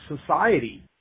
society